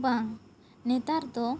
ᱵᱟᱝ ᱱᱮᱛᱟᱨ ᱫᱚ